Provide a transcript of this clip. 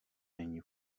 není